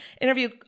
interview